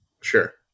Sure